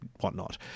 whatnot